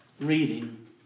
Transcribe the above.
Reading